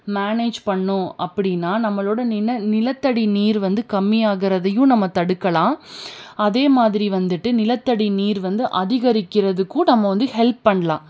manage பண்ணுனோம் அப்படின்னா நம்மளோட நிலத்தடி நீர் வந்து கம்மியாகிறதையும் நம்ம தடுக்கலாம் அதேமாதிரி வந்துட்டு நிலத்தடி நீர் வந்து அதிகரிக்கிறதுக்கும் நம்ம வந்து ஹெல்ப் பண்ணலாம்